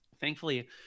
thankfully